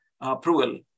approval